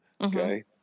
okay